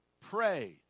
pray